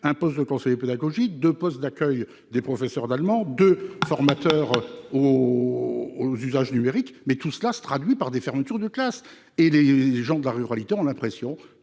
1 poste de conseiller pédagogique, 2 postes d'accueil des professeurs d'allemand, 2 formateurs aux usages numériques, mais tout cela se traduit par des fermetures de classes ! Le monde rural a le